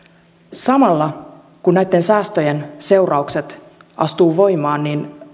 samalla kun näitten säästöjen seuraukset astuvat voimaan